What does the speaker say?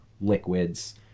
liquids